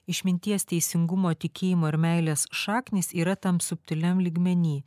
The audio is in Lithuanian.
išminties teisingumo tikėjimo ir meilės šaknys yra tam subtiliam lygmeny